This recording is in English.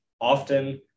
often